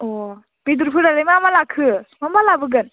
अ बेदरफोरालाय मा मा लाखो मा मा लाबोगोन